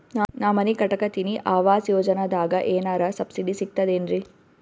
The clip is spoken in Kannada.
ನಾ ಮನಿ ಕಟಕತಿನಿ ಆವಾಸ್ ಯೋಜನದಾಗ ಏನರ ಸಬ್ಸಿಡಿ ಸಿಗ್ತದೇನ್ರಿ?